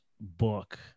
book